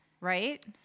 Right